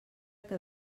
que